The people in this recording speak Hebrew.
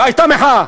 והייתה מחאה.